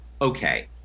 okay